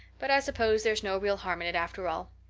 but i suppose there's no real harm in it after all.